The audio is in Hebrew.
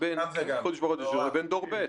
בין חוק איחוד משפחות לבין דור ב'.